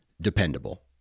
dependable